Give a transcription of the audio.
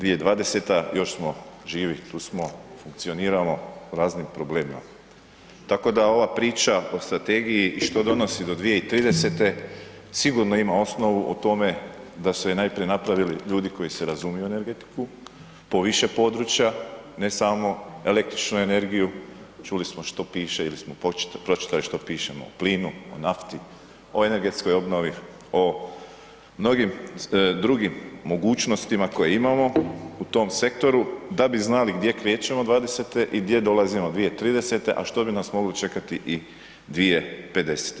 2020. još smo živi, tu smo, funkcioniramo u raznim problemima tako da ova priča o strategiji što donosi do 2030. sigurno ima osnovu o tome da su je najprije napravili ljudi koji se razumiju u energetiku po više područja, ne samo električnu energiju, čuli smo što piše ili smo pročitali što piše o plinu, o nafti, o energetsko obnovi, o mnogim drugim mogućnostima koje imamo u tom sektoru da bi znali gdje krećemo 2020. i gdje dolazimo 2030. a što bi nas moglo čekati i 2050.